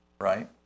right